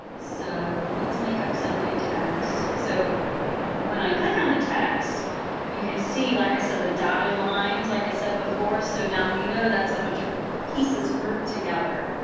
so let's make up some new text. so when i click on the text you can see, like i said, the dotted lines, like i said before. so now we know that's a bunch of pieces grouped together.